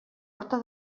horta